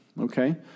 Okay